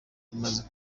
imaze